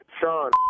Sean